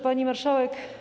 Pani Marszałek!